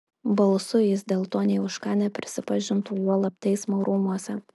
balsu jis dėl to nė už ką neprisipažintų juolab teismo rūmuose